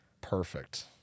Perfect